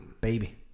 Baby